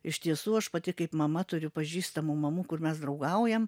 iš tiesų aš pati kaip mama turiu pažįstamų mamų kur mes draugaujam